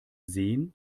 seen